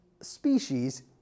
species